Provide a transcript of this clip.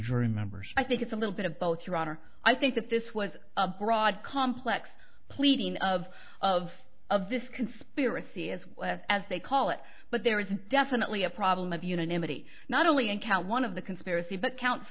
jury members i think it's a little bit about your honor i think that this was a broad complex pleading of of of this conspiracy as well as they call it but there is definitely a problem of unanimity not only in count one of the conspiracy but count